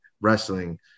wrestling